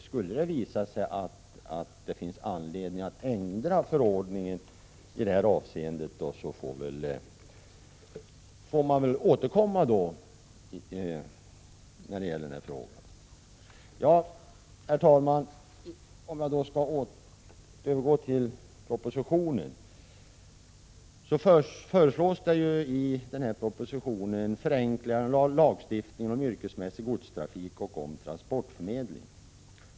Skulle det visa sig att det finns anledning att ändra förordningen i detta avseende får denna fråga tas upp på nytt. Herr talman! Låt mig övergå till propositionen. I den föreslås förenklingar av lagstiftningen om yrkesmässig godstrafik och om transportförmedling.